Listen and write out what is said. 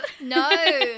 No